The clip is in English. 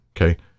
Okay